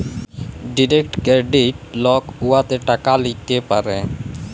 direct credit লক উয়াতে টাকা ল্যিতে পারে